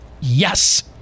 Yes